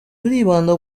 turibanda